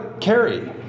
Carrie